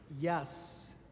Yes